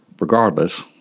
regardless